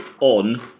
on